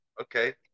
okay